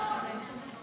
לא שומעת.